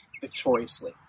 victoriously